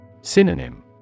Synonym